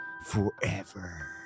Forever